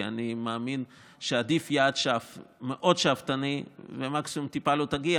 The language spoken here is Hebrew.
כי אני מאמין שעדיף יעד מאוד שאפתני ומקסימום טיפה לא תגיע